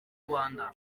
rwanda